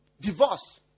Divorce